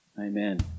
Amen